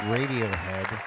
Radiohead